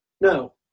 No